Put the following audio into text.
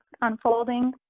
unfolding